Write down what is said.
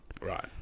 Right